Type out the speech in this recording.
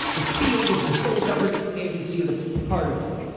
the field is the sole governing agency of the particle.